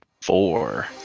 Four